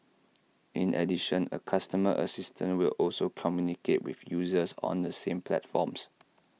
in addition A customer assistant will also communicate with users on the same platforms